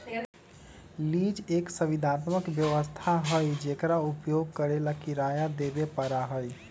lease एक संविदात्मक व्यवस्था हई जेकरा उपयोग करे ला किराया देवे पड़ा हई